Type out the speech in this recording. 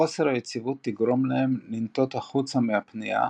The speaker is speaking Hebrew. חוסר היציבות תגרום להם לנטות החוצה מהפנייה,